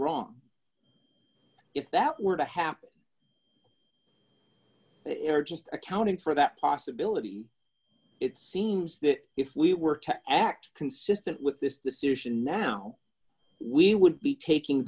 wrong if that were to happen just accounting for that possibility it seems that if we were to act consistent with this decision now we would be taking